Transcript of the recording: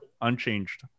unchanged